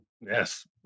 Yes